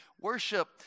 worship